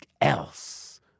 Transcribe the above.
else